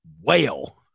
whale